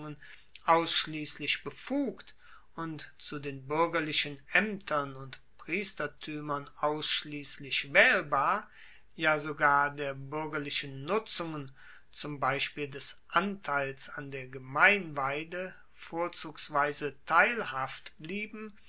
ausschliesslich befugt und zu den buergerlichen aemtern und priestertuemern ausschliesslich waehlbar ja sogar der buergerlichen nutzungen zum beispiel des anteils an der gemeinweide vorzugsweise teilhaft blieben